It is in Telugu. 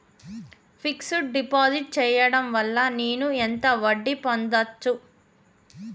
ఫిక్స్ డ్ డిపాజిట్ చేయటం వల్ల నేను ఎంత వడ్డీ పొందచ్చు?